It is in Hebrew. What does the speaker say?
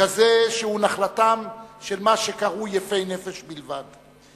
כזה שהוא נחלתם של מה שקרוי יפי-נפש בלבד,